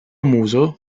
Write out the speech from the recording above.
muso